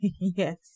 yes